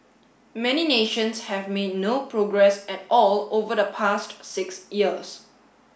many nations have made no progress at all over the past six years